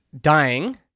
dying